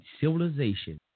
civilization